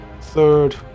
third